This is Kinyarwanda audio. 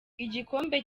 igikombe